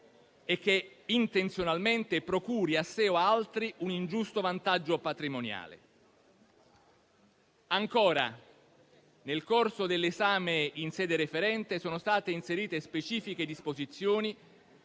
e che intenzionalmente procuri a sé o ad altri un ingiusto vantaggio patrimoniale. Ancora, nel corso dell'esame in sede referente sono state inserite specifiche disposizioni